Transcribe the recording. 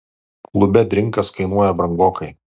klube drinkas kainuoja brangokai